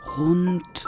rund